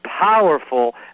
powerful